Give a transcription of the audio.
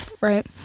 Right